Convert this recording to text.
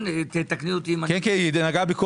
כל הדברים.